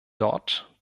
dort